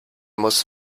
muss